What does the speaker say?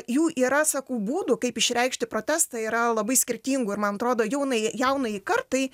jų yra sakau būdų kaip išreikšti protestą yra labai skirtingų ir man atrodo jaunai jaunajai kartai